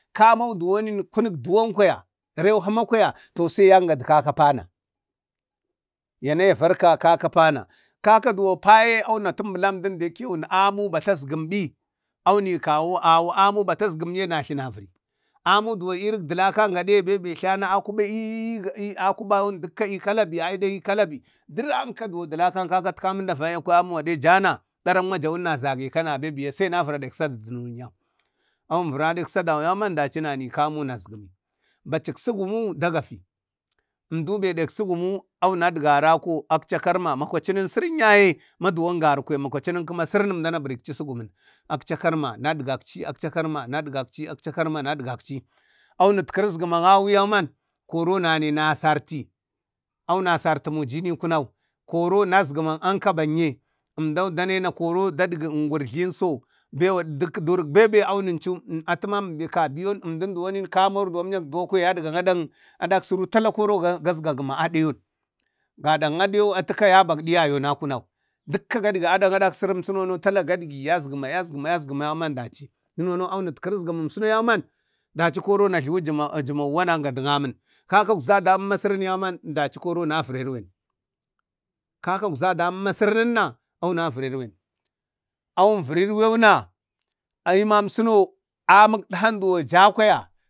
kamo duwanin kunik duwan kwaya reu hi kwaya to se yangadu kaka pana yana ya varka kaka pana kaka duwo pana kaka duwo paye ka tumbulim emdum dekiyun amu batasgum bi awunikawo awu amu batazgum amu batazguye najlu navura amu deye erik bulakam gadi bebe jlana akuba eee akubawun dukka kalabi kalabi duranka duwan dulakan kakatkamin davayya kwaya amun gade jana darak madawun zagekana bembiya se na vara deng suguk vaviyau, awun vara deng sadak yauman daci wunane kamo wunasgum bacik sugummu dagafi emdu bee dik sugumu awunadgarako aca aca karma makwacinin serin yaye maduwan garu kwaya makacin kuma serin emdana bureci sugum, akca karma nadgakci akca karma nadgaci akca karma nadgaci awunitkirik ezguman awu yauman koro nane nasarti miji awuna sarti muji kunau koro nazga guma ankabang yee emdan dane na koro dadgi ngurjlanso duk durak bebe awunin cu atuma be kabiyon emdan za kamori adak duwa kwaya yadgan adang adaeng adaksirin tala koro gazgagumi adiyau, gadau adiyu atu ka yabak diyayo na kunau dukka gabi adak adaksirinsune tala gadgi azguma azguma yauman daci din eno no awunutki ezgumin, cuno yauman daci koro wuna jlawi jumo ma wunagga du amin kaka ukzau amin serin yauman daci koro wunavire erwen kakak edzadamin maserin na a wuna vurer ruwan awun vuri erwewuna aimasuno amin edha ja kwaya.